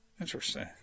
interesting